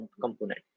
component